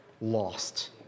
lost